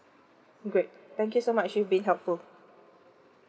great thank you so much you've been helpful